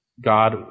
God